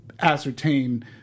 ascertain